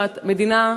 שהמדינה,